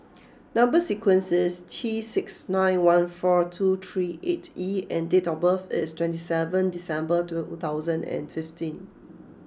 number sequence is T six nine one four two three eight E and date of birth is twenty seven December two thousand and fifteen